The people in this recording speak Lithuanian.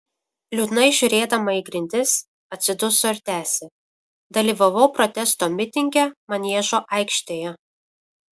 liūdnai žiūrėdama į grindis atsiduso ir tęsė dalyvavau protesto mitinge maniežo aikštėje